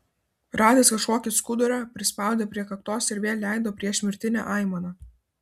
radęs kažkokį skudurą prispaudė prie kaktos ir vėl leido priešmirtinę aimaną